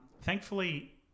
thankfully